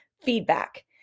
feedback